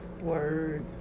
word